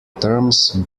terms